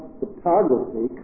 photography